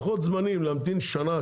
להמתין שנה,